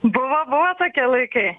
buvo buvo tokie laikai